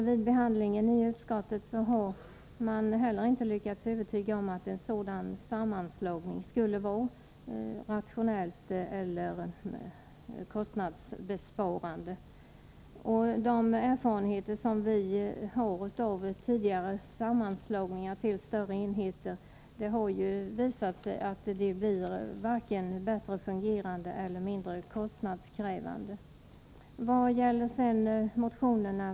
Vid behandlingen i utskottet har moderaterna inte lyckats övertyga majoriteten om att en sammanslagning skulle vara rationell eller kostnadsbesparande. De erfarenheter som vi har av tidigare sammanslagningar till större enheter har visat att verksamheten varken blir bättre fungerande eller mindre kostnadskrävande.